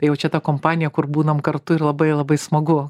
jau čia ta kompanija kur būnam kartu ir labai labai smagu